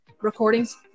recordings